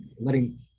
letting